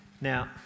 Now